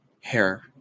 hair